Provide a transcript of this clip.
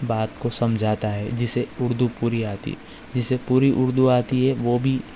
بات کو سمجھاتا ہے جسے اردو پوری آتی جسے پوری اردو آتی ہے وہ بھی